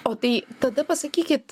o tai tada pasakykit